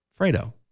Fredo